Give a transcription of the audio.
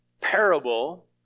parable